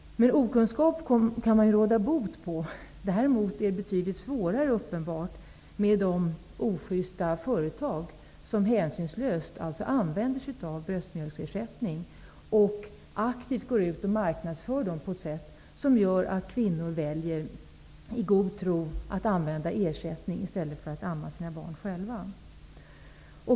Okunskap kan man emellertid råda bot på. Däremot är det uppenbarligen betydligt svårare med de ojusta företag som hänsynslöst använder sig av bröstmjölksersättning och aktivt går ut och marknadsför dessa produkter på ett sätt som gör att kvinnor i god tro väljer att använda ersättning i stället för att själva amma sina barn.